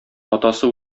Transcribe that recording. атасы